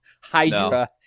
Hydra